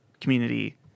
community